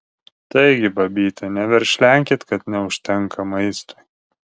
taigi babyte neverkšlenkit kad neužtenka maistui